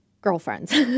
girlfriends